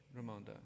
Ramonda